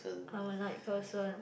I'm a night person